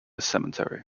cemetery